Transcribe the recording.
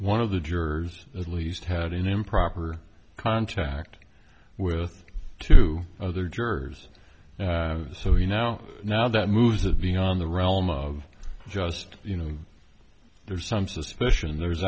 one of the jurors at least had an improper contact with two other jurors so he now now that moves it beyond the realm of just you know there's some suspicion there's